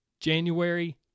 January